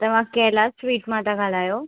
तव्हां कैलाश स्वीट मां था ॻाल्हायो